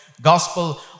gospel